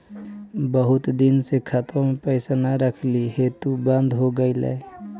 बहुत दिन से खतबा में पैसा न रखली हेतू बन्द हो गेलैय?